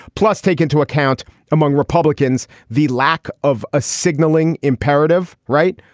plus take into account among republicans the lack of a signaling imperative right.